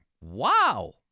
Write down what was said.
Wow